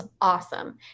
awesome